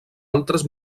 altres